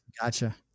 Gotcha